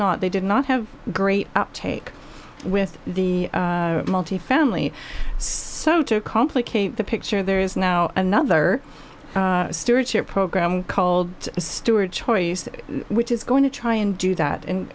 not they did not have great uptake with the multifamily so to complicate the picture there is now another stewardship program called a steward choice which is going to try and do that